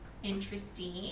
interesting